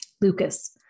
Lucas